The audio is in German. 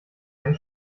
einen